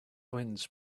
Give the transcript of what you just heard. winds